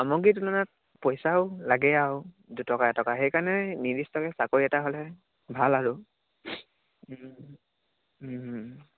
সামগ্ৰীৰ তুলনাত পইচাও লাগে আৰু দুটকা এটকা সেইকাৰণে নিৰ্দিষ্টকৈ চাকৰি এটা হ'লে ভাল আৰু